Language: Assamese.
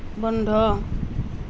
বন্ধ